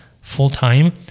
full-time